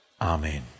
Amen